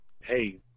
hey